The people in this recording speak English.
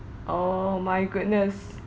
oh my goodness